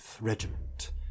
regiment